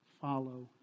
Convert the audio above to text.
follow